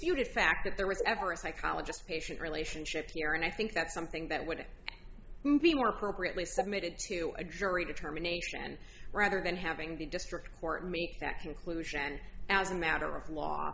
disputed fact that there was ever a psychologist patient relationship here and i think that's something that would be more appropriately submitted to a jury determination rather than having the district court me that conclusion as a matter of law